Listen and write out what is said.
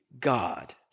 God